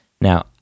Now